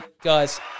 guys